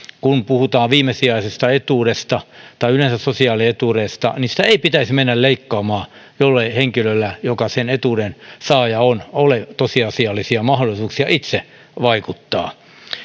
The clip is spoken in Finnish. kun puhutaan viimesijaisesta etuudesta tai yleensä sosiaalietuudesta niin sitä ei pitäisi mennä leikkaamaan jollei henkilöllä joka sen etuuden saaja on ole tosiasiallisia mahdollisuuksia itse vaikuttaa